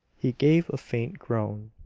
he gave a faint groan.